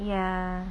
ya